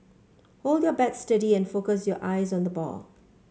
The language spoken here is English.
hold your bat steady and focus your eyes on the ball